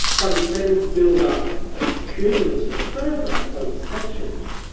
but it's able to build up a cumulative program over centuries.